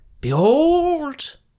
Behold